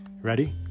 Ready